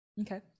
okay